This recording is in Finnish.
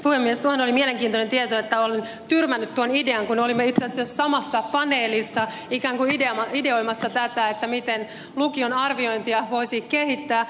tuohan oli mielenkiintoinen tieto että olen tyrmännyt tuon idean kun olimme itse asiassa samassa paneelissa ikään kuin ideoimassa tätä miten lukion arviointia voisi kehittää